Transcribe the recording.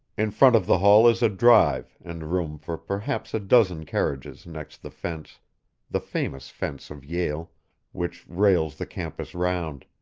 in front of the hall is a drive, and room for perhaps a dozen carriages next the fence the famous fence of yale which rails the campus round.